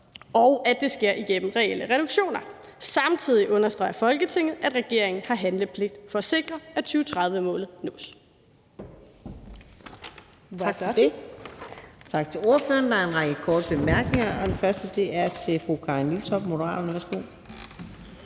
og at det sker gennem reelle reduktioner. Samtidig understreger Folketinget, at regeringen har handlepligt til at sikre, at 2030-målet nås.«